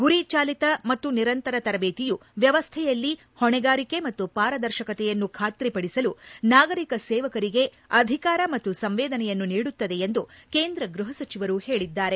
ಗುರಿ ಚಾಲಿತ ಮತ್ತು ನಿರಂತರ ತರಬೇತಿಯು ವ್ಯವಸ್ಥೆಯಲ್ಲಿ ಹೊಣೆಗಾರಿಕೆ ಮತ್ತು ಪಾರದರ್ಶಕತೆಯನ್ನು ಖಾತ್ರಿಪಡಿಸಲು ನಾಗರಿಕ ಸೇವಕರಿಗೆ ಅಧಿಕಾರ ಮತ್ತು ಸಂವೇದನೆಯನ್ನು ನೀಡುತ್ತದೆ ಎಂದು ಕೇಂದ್ರ ಗೃಹ ಸಚಿವರು ಹೇಳಿದ್ದಾರೆ